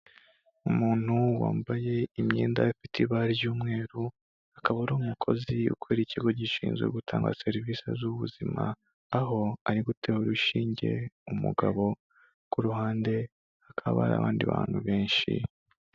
Umuntu wambaye imyenda ifite ibara ry'umweru akaba ari umukozi ukora mu kigo gishinzwe gutanga serivisi z’ubuzima aho ari gutera urushinge umugabo ku ruhande hakaba hari abandi bantu benshi.